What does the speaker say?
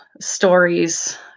stories